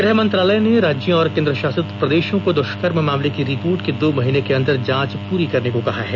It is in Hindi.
गृह मंत्रालय ने राज्यों और केंद्र शासित प्रदेशों को दुष्कर्म मामले की रिपोर्ट के दो महीने के अंदर जांच पूरी करने को कहा है